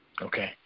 Okay